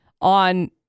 on